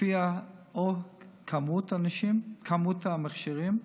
לפי מספר האנשים, מספר המכשירים,